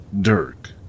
Dirk